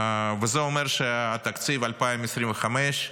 וזה אומר שתקציב 2025,